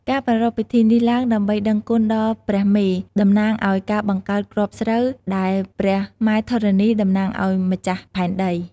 ការប្រារព្ធពិធីនេះឡើង ដើម្បីដឹងគុណដល់ ព្រះមេ តំណាងឱ្យការបង្កើតគ្រាប់ស្រូវ ដែលព្រះម៉ែធរណី តំណាងឱ្យម្ចាស់ផែនដី។